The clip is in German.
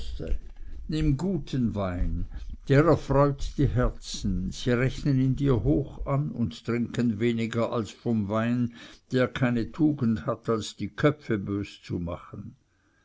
nimm guten wein der er freut die herzen sie rechnen ihn dir hoch an und trinken weniger als vom wein der keine tugend hat als die köpfe bös zu machen